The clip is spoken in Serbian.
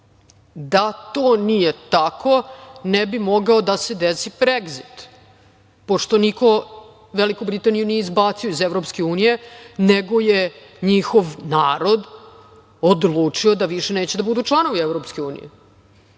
to nije tako ne bi mogao da se desi Bregzit, pošto niko Veliku Britaniju nije izbacio iz Evropske unije nego je njihov narod odličio da više neće da budu članovi